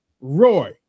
Roy